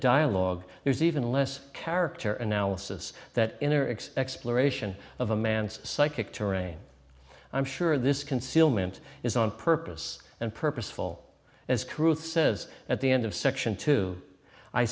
dialog there's even less character and now asus that inner x exploration of a man's psychic terrain i'm sure this concealment is on purpose and purposeful as crude says at the end of section two i